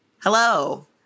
Hello